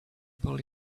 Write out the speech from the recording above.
pulled